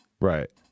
Right